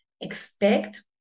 Expect